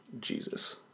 Jesus